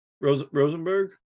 Rosenberg